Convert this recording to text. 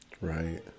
Right